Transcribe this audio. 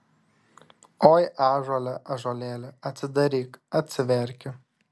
oi ąžuole ąžuolėli atsidaryk atsiverki